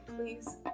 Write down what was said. please